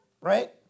Right